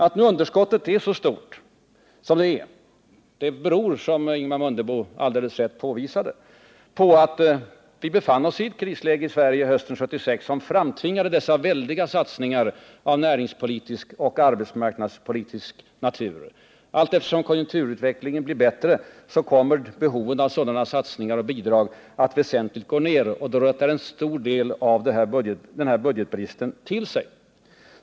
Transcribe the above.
Att underskottet nu är så stort som det är beror på, som Ingemar Mundebo helt riktigt påvisade, att vi hösten 1976 befann oss i ett krisläge som framtvingade dessa väldiga satsningar av näringspolitisk och arbetsmarknadspolitisk natur. Allteftersom konjunkturutvecklingen blir bättre kommer behoven av sådana satsningar och bidrag att väsentligt minska, och då rättar en stor del av denna budgetbrist till sig.